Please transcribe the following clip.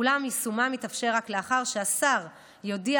אולם יישומו יתאפשר רק לאחר שהשר יודיע